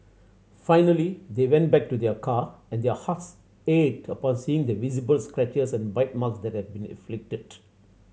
finally they went back to their car and their hearts ached upon seeing the visible scratches and bite mark that had been inflicted